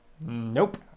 Nope